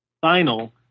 final